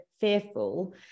fearful